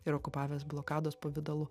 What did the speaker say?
ir okupavęs blokados pavidalu